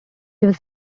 was